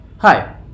Hi